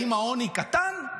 האם העוני קטן?